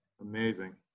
Amazing